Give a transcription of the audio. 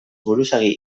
buruzagi